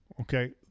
Okay